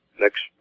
Next